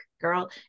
girl